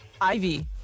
Ivy